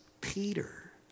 Peter